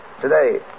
today